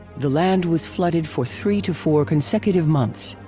the land was flooded for three to four consecutive months.